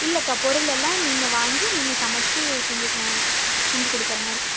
இல்லை அக்கா பொருளெல்லாம் நீங்கள் வாங்கி நீங்கள் சமைச்சி செஞ்சு செஞ்சு கொடுக்குற மாதிரி